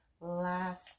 last